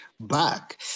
back